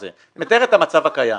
את מתארת את המצב הקיים.